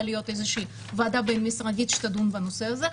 להיות איזושהי ועדה בין-משרדית שתדון בנושא הזה,